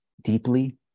deeply